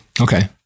Okay